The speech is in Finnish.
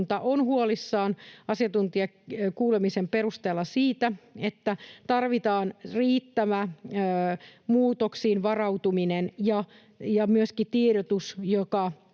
huolissaan asiantuntijakuulemisen perusteella: tarvitaan riittävä muutoksiin varautuminen ja myöskin tiedotus, joka